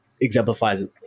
exemplifies